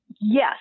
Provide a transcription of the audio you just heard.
Yes